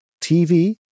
TV